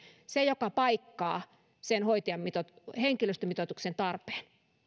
se joka paikkaa sen henkilöstömitoituksen tarpeen